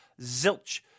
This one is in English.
zilch